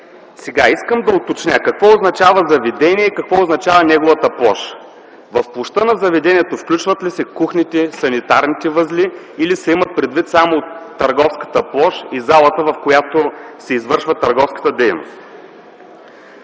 Искам да уточня: какво означава заведение и какво означава неговата площ? В площта на заведението включват ли се кухните, санитарните възли или се има предвид само търговската площ и залата, в която се извършва търговската дейност?